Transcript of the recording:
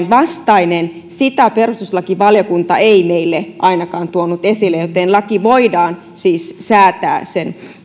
vastainen sitä perustuslakivaliokunta ei meille ainakaan tuonut esille joten laki voidaan siis säätää